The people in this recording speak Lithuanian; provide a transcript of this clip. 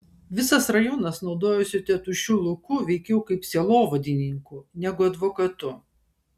visas rajonas naudojosi tėtušiu luku veikiau kaip sielovadininku negu advokatu